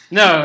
no